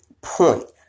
point